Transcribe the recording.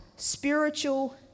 Spiritual